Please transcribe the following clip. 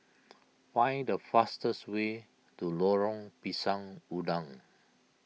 find the fastest way to Lorong Pisang Udang